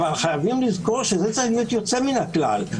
אבל חייבים לזכור שזה צריך להיות היוצא מן הכלל,